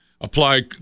Apply